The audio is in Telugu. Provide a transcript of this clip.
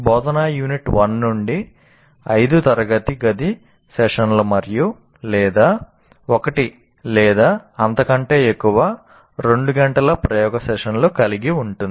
బోధనా యూనిట్ 1 నుండి 5 తరగతి గది సెషన్లు మరియు లేదా 1 లేదా అంతకంటే ఎక్కువ 2 గంటల ప్రయోగశాల సెషన్లు కలిగి ఉంటుంది